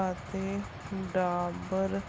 ਅਤੇ ਡਾਬਰ